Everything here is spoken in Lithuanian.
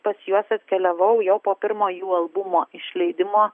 pas juos atkeliavau jau po pirmo jų albumo išleidimo